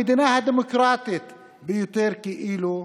המדינה הדמוקרטית ביותר, "כאילו",